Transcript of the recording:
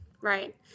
right